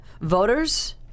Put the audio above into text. voters